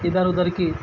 ادھر ادھر کی